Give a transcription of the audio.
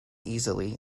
easily